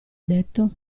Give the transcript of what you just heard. detto